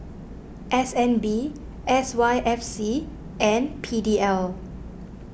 S N B S Y F C and P D L